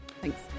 Thanks